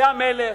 היה מלך,